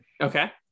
okay